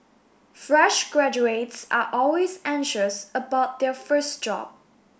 fresh graduates are always anxious about their first job